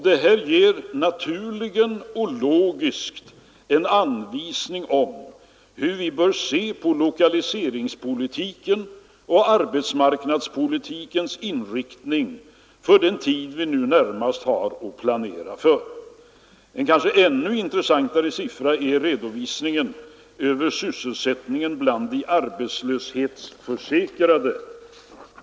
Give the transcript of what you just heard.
Detta ger naturligt och logiskt en anvisning om hur vi bör se på lokaliseringspolitikens och arbetsmarknadspolitikens inriktning för den tid vi nu närmast har att planera för. Kanske ännu intressantare är redovisningen över sysselsättningen bland de arbetslöshetsförsäkrade.